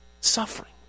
suffering